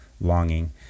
longing